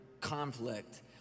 conflict